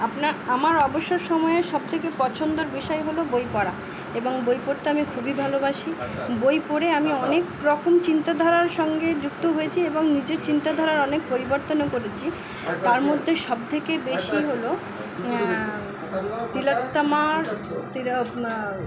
আপনার আমার অবসর সময়ের সব থেকে পছন্দের বিষয় হলো বই পড়া এবং বই পড়তে আমি খুবই ভালোবাসি বই পড়ে আমি অনেক রকম চিন্তাধারার সঙ্গে যুক্ত হয়েছি এবং নিজের চিন্তাধারার অনেক পরিবর্তনও করেছি তার মধ্যে সব থেকে বেশি হলো তিলোত্তমার